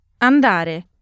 Andare